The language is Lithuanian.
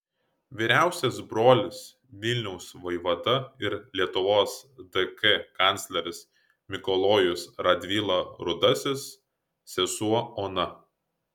vyriausias brolis vilniaus vaivada ir lietuvos dk kancleris mikalojus radvila rudasis sesuo ona